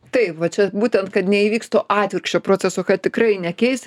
taip va čia būtent kad neįvyks to atvirkščio proceso kad tikrai nekeis